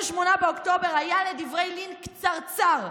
ב-28 באוקטובר, לדברי לין היה קצרצר.